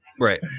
Right